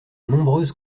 nombreuses